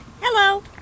hello